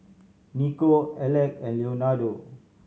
Nico Aleck and Leonardo